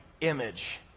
image